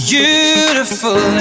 Beautiful